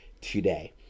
today